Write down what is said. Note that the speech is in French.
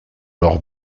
leur